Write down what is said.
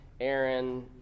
Aaron